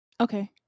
Okay